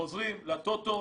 חוזרים לטוטו.